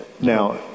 Now